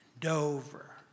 Dover